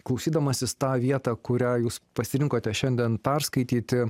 klausydamasis tą vietą kurią jūs pasirinkote šiandien perskaityti